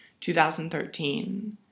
2013